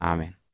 Amen